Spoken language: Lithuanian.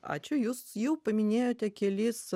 ačiū jūs jau paminėjote kelis